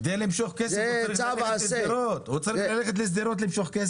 כדי למשוך כסף אדם צריך לנסוע לשדרות.